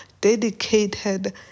dedicated